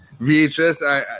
VHS